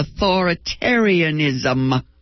authoritarianism